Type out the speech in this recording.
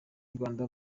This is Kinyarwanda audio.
rwanda